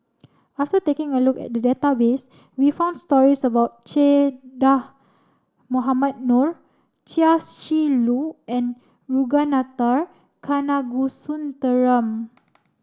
after taking a look at the database we found stories about Che Dah Mohamed Noor Chia Shi Lu and Ragunathar Kanagasuntheram